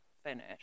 finish